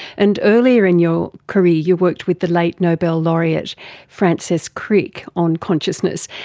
and earlier in your career you worked with the late nobel laureate francis crick on consciousness.